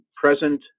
present